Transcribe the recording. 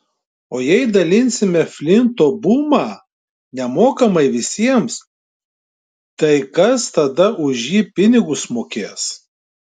o jei dalinsime flinto bumą nemokamai visiems tai kas tada už jį pinigus mokės